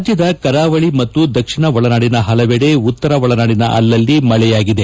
ರಾಜ್ಯದ ಕರಾವಳಿ ಮತ್ತು ದಕ್ಷಿಣ ಒಳನಾಡಿನ ಪಲವೆಡೆ ಉತ್ತರ ಒಳನಾಡಿನ ಅಲ್ಲಲ್ಲಿ ಮಳೆಯಾಗಿದೆ